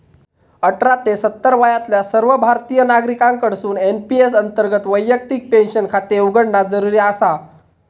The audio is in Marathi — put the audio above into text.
अठरा ते सत्तर वयातल्या सर्व भारतीय नागरिकांकडसून एन.पी.एस अंतर्गत वैयक्तिक पेन्शन खाते उघडणा जरुरी आसा